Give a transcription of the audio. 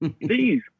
Please